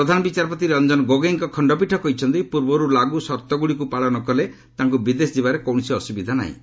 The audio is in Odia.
ପ୍ରଧାନ ବିଚାରପତି ରଞ୍ଜନ ଗୋଗୋଇଙ୍କ ଖଶ୍ତପୀଠ କହିଛନ୍ତି ପୂର୍ବରୁ ଲାଗୁ ସର୍ତ୍ତଗୁଡ଼ିକୁ ପାଳନ କଲେ ତାଙ୍କୁ ବିଦେଶ ଯିବାରେ କୌଣସି ଅସୁବିଧା ନାହିଁ